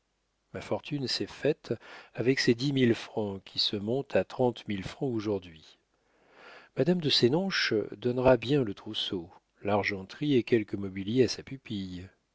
ma fortune s'est faite avec ces dix mille francs qui se montent à trente mille francs aujourd'hui madame de sénonches donnera bien le trousseau l'argenterie et quelque mobilier à sa pupille